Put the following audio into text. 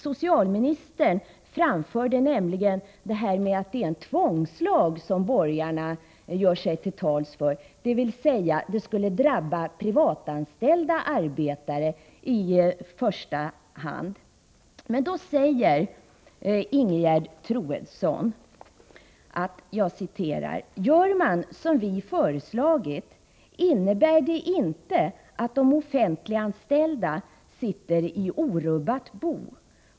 Socialministern anförde nämligen att det är en tvångslag som borgarna talar för, dvs. en lag som i första hand skulle drabba privatanställda arbetare. Men då sade Ingegerd Troedsson: ”Gör man som vi föreslagit, innebär det inte att de offentliganställda sitter i orubbat bo.